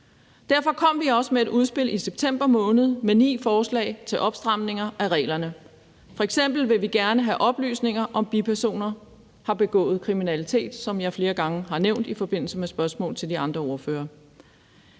derfor kom vi også med et udspil i september måned med ni forslag til opstramninger af reglerne. F.eks. vil vi gerne have oplysninger om, om bipersoner har begået kriminalitet, hvilket jeg flere gange har nævnt i forbindelse med spørgsmål til de andre ordførere.